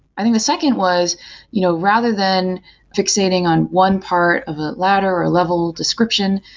i think the second was you know rather than fixating on one part of a ladder or level description,